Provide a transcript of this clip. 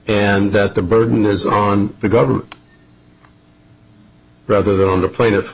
and that the burden is on the government rather than on the pla